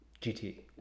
GT